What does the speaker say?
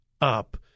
up